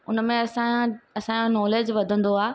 हुनमें असांजा असांजो नॉलैज वधंदो आहे